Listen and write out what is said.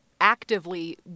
actively